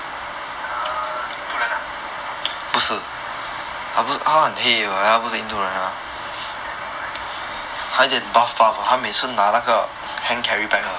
印度人 ah